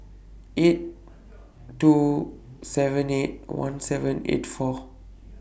eight two seven eight one seven eight four